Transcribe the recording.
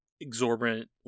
exorbitant